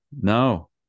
No